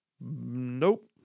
Nope